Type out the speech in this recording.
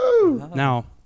Now